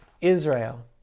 Israel